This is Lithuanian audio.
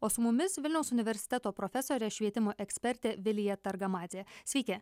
o su mumis vilniaus universiteto profesorė švietimo ekspertė vilija targamadzė sveiki